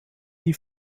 die